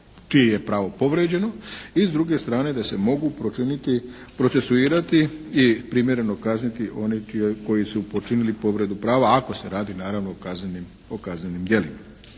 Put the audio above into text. čije je pravo povrijeđeno, i s druge strane da se mogu procesuirati i primjereno kazniti oni koji su počinili povredu prava ako se radi naravno o kaznenim djelima.